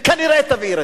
וכנראה תבעיר,